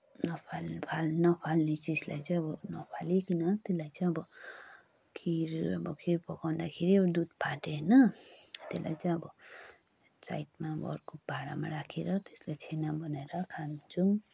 नफाल्ने फाल्ने नफाल्ने चिजलाई चाहिँ अब नफालिकन त्यसलाई चाहिँ अब खिर अब खिर पकाउँदाखेरि दुध फाट्यो होइन त्यसलाई चाहिँ अब साइडमा अब अर्को भाँडामा राखेर त्यसलाई छेना बनाएर खान्छौँ